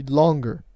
longer